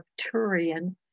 Arcturian